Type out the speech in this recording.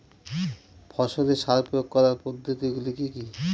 ফসলে সার প্রয়োগ করার পদ্ধতি গুলি কি কী?